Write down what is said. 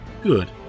Good